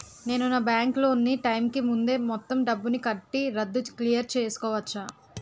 నేను నా bank loan నీ టైం కీ ముందే మొత్తం డబ్బుని కట్టి రద్దు క్లియర్ చేసుకోవచ్చా?